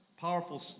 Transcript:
powerful